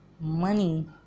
money